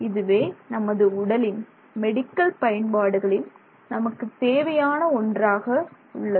இதுவே நமது உடலின் மெடிக்கல் பயன்பாடுகளில் நமக்குத் தேவையான ஒன்றாக உள்ளது